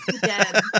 dead